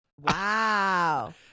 Wow